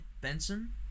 Benson